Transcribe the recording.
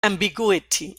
ambiguity